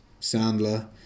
Sandler